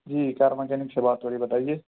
جی car mechanic سے بات ہو رہی ہے بتائیے